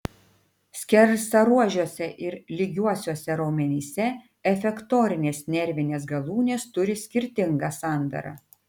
skersaruožiuose ir lygiuosiuose raumenyse efektorinės nervinės galūnės turi skirtingą sandarą